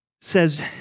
says